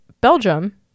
Belgium